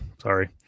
sorry